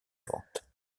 vente